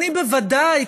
אני בוודאי,